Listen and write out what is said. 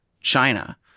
China